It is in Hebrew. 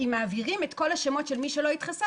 אם מעבירים את כל השמות של מי שלא התחסן,